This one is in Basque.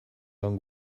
lan